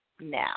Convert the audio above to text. now